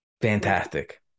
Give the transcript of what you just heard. fantastic